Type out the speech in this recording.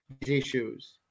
issues